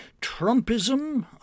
Trumpism